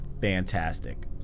fantastic